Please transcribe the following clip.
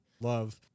love